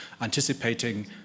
anticipating